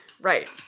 Right